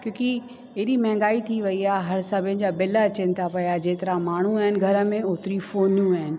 क्योकि एॾी महांगाई थी वई आहे हर समय जा बिल अचनि था पया जेतिरा माण्हू आहिनि घर में ओतरियू फोनू आहिनि